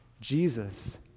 Jesus